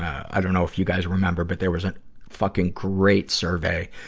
i don't know if you guys remember, but there was a fucking great survey,